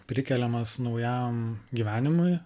prikeliamas naujam gyvenimui